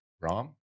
Rom